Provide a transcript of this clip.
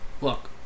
Look